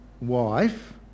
wife